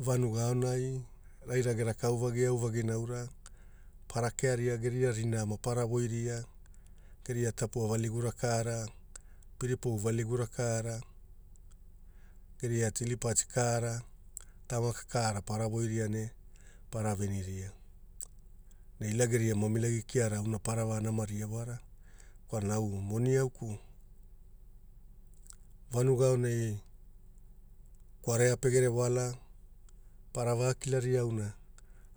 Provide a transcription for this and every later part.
Vanuga aonai raira geraka au vagi au vagina aura para kearia geria rinaa para voiria geria tapua valigura kara piripou valigura kara geria tilipati kara tamaka kara para voira ne para veniria ne ila geria mamilagi kiara auna parava namaria wa kwalana moni auku vanuga aonai kwarea pegere wala parava kilaria auna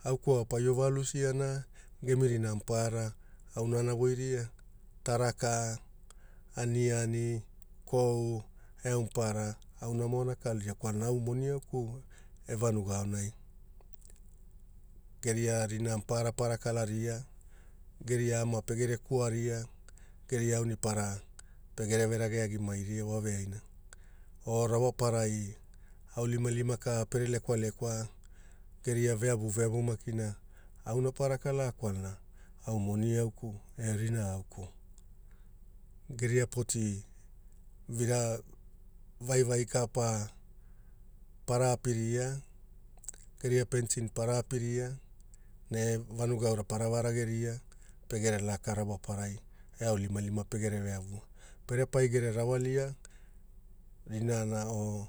auku au pa iova lusia gemi rina maparara auna ana voiria taraka aniani kou eau maparara aunamo ana kalaria kwalana au moni auku e vanuga aonai geria rina maparara para kalaria geria ama pegere kuaria geria aunipara pegereve rage agimairia waveaina o rawaparai aunilimalima ka pere lekwalekwa geria veavuveavu makina auna para kala kwalana au moni auku e rina auku geria poti vira vaivai ka pa para apiria geria pentin para apiria ne vanuga aura para va rageria pegere laka rawaparai a aunilimalima pegere veavu pere paigere rawalia rinana o